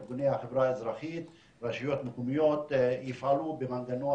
ארגוני החברה האזרחית והרשויות המקומיות יפעלו במנגנון